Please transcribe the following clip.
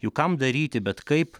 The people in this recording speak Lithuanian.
juk kam daryti bet kaip